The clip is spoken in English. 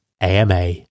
AMA